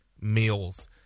meals